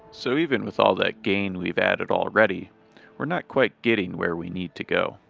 so even with all that gain we've added already we're not quite getting where we need to go.